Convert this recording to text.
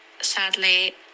sadly